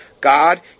God